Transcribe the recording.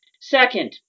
Second